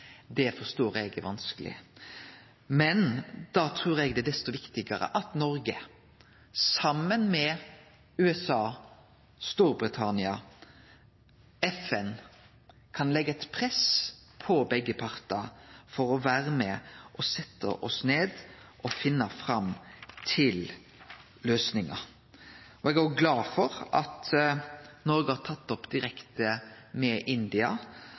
forstår eg er vanskeleg. Men da trur eg det er desto viktigare at Noreg saman med USA, Storbritannia og FN kan leggje eit press på begge partar for å vere med og setje seg ned og finne fram til løysingar. Eg er glad for at Noreg har tatt opp direkte med India